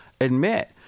admit